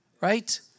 Right